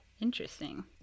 Interesting